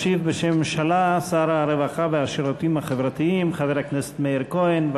ישיב בשם הממשלה שר הרווחה והשירותים החברתיים חבר הכנסת מאיר כהן.